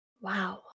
Wow